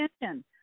attention